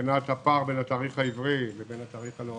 מבחינת הפער בין התאריך העברי והלועזי,